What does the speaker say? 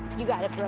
you got it, bro.